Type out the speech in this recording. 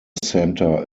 centre